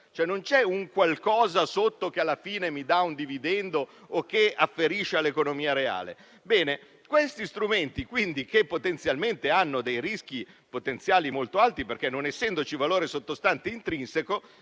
non c'è nulla al di sotto che alla fine mi dà un dividendo o che afferisce all'economia reale. Questi strumenti presentano dei rischi potenziali molto alti, perché, non essendoci valore sottostante intrinseco,